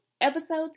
episode